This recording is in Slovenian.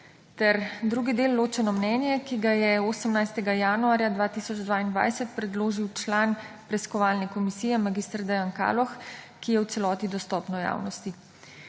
drugo ločeno mnenje, ki ga je 18. januarja 2022 predložil član preiskovalne komisije mag. Dejan Kaloh, ki je v celoti dostopno javnosti.